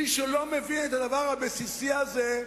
מי שלא מבין את הדבר הבסיסי הזה,